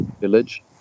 village